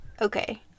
Okay